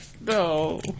No